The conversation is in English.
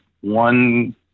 one